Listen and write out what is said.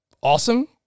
awesome